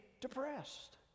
depressed